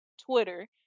twitter